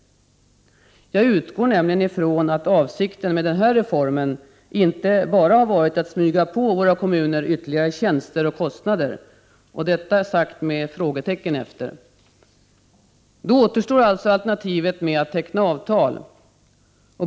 Jag utgår nämligen ifrån att avsikten med den här reformen inte bara har varit att smyga på våra kommuner ytterligare tjänster och kostnader, detta sagt med frågetecken efter. Då återstår alltså alternativet att teckna avtal.